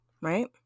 Right